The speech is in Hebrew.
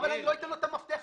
אני לא אתן לו את המפתח,